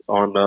on